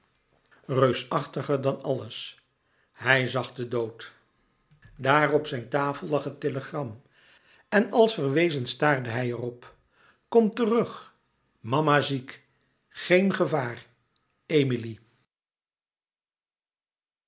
reusachtiger dan alles het zag den dood daar op zijn tafel lag het telegram en als verwezen staarde hij er op kom terug mama ziek geen gevaar emilie